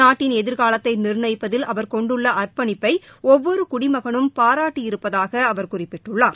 நாட்டின் எதிர்காலத்தை நிர்ணயிப்பதில் அவர் கொண்டுள்ள அர்ப்பணிப்பை ஒவ்வொரு குடிமகனும் பாராட்டி இருப்பதாக அவர் குறிப்பிட்டுள்ளார்